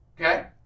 Okay